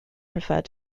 preferred